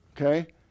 Okay